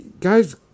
guys